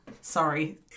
sorry